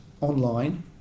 online